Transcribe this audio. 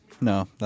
No